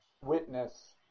witness